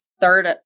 third